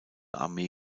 armee